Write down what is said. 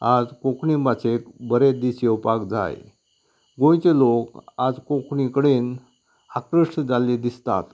आयज कोंकणी भाशेक बरें दीस येवपाक जाय गोंयचे लोक आयज कोंकणी कडेन आकृश्ट जाल्ले दिसतात